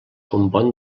compon